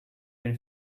been